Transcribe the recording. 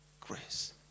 grace